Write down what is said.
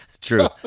True